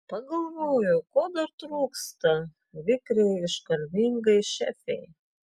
pagalvojau ko dar trūksta vikriai iškalbingai šefei